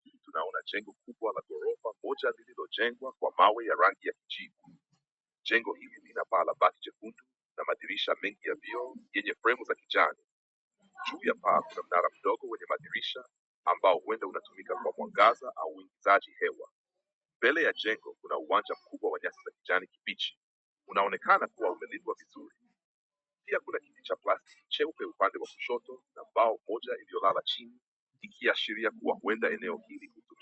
Naona jengo kubwa la ghorofa moja lililojengwa kwa mawe ya rangi ya jivu. Jengo hili lina baa la bati jekundu na madirisha mengi ya vioo yenye fremu za kijani. Juu ya paa kuna mnara mdogo wenye madirisha au ambao huenda unatumika kwa mwangaza au kuhifadhi hewa. Mbele ya jengo kuna uwanja mkubwa wa kijani kibichi. Unaonekana kuwa umelimwa vizuri. Pia kuna kiti cha plastiki cheupe upande wa kushoto na mbao moja iliyolala chini ikiashiria kuwa huenda eneo hili.